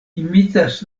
imitas